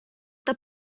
the